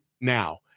now